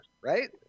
right